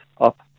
up